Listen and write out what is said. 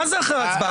מה זה אחרי ההצבעה?